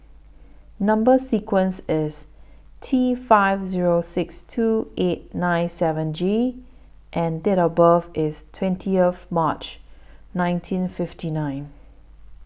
Number sequence IS T five Zero six two eight nine seven G and Date of birth IS twentieth March nineteen fifty nine